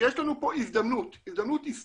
שיש לנו פה הזדמנות הסטורית